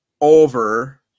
over